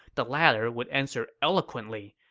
the latter would answer eloquently,